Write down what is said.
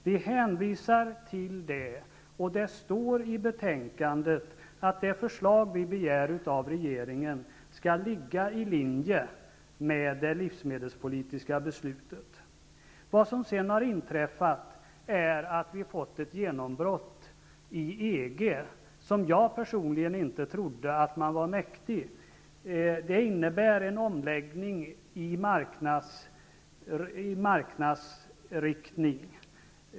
Vi hänvisar till det, och det står i betänkandet att det förslag vi begär av regeringen skall ligga i linje med det livsmedelspolitiska beslutet. Vad som sedan har inträffat är att vi har fått ett genombrott i EG, som jag personligen inte trodde att man var mäktig. Det innebär en omläggning i marknadsriktning.